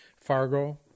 Fargo